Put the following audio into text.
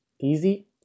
Easy